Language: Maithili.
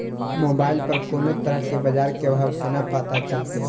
मोबाइल पर कोनो तरह के बाजार के भाव केना पता चलते?